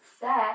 set